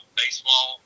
baseball